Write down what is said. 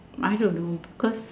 I don't know cause